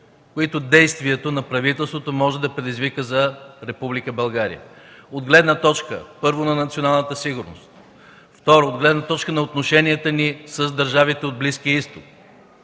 които действията на правителството може да предизвикат за Република България от гледна точка първо, на националната сигурност; второ, от гледна точка на отношенията ни с държавите от Близкия Изток;